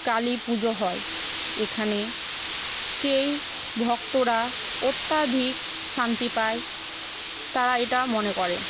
কালী পুজো হয় এখানে সেই ভক্তরা অত্যাধিক শান্তি পায় তারা এটা মনে করেন